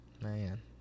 man